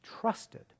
trusted